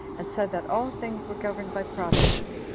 and said that all things were governed by providence,